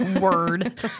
Word